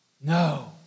No